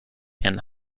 and